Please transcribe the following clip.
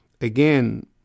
again